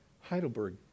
Heidelberg